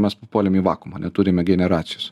mes puolėm į vakuumą neturime generacijos